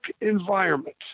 environment